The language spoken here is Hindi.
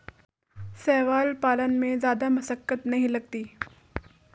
शैवाल पालन में जादा मशक्कत नहीं लगती